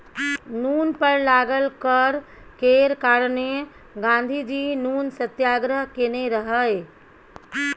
नुन पर लागल कर केर कारणेँ गाँधीजी नुन सत्याग्रह केने रहय